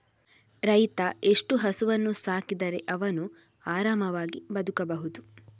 ರೈತ ಎಷ್ಟು ಹಸುವನ್ನು ಸಾಕಿದರೆ ಅವನು ಆರಾಮವಾಗಿ ಬದುಕಬಹುದು?